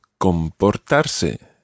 comportarse